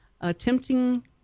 attempting